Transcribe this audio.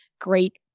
great